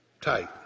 Tight